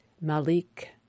Malik